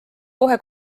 kohe